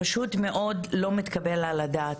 זה פשוט מאוד לא מתקבל על הדעת.